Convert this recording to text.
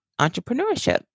entrepreneurship